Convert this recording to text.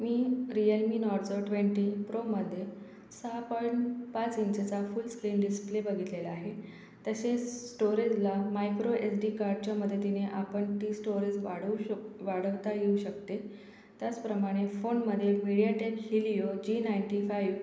मी Realme Narzo twenty प्रोमध्ये सहा point पाच इंचचा फूल स्क्रीन डिस्प्ले बघितलेला आहे तसेच स्टोरेजला मायक्रो एस डी कार्डच्या मदतीने आपण ते स्टोरेज वाढवू शक वाढवता येऊ शकते त्याचप्रमाणे फोनमध्ये MediaTek Helio G ninety five